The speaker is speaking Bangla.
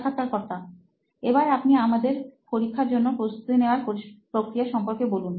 সাক্ষাৎকারকর্তাএবার আপনি আমাদের পরীক্ষার জন্য প্রস্তুতি নেওয়ার প্রক্রিয়া সম্পর্কে বলুন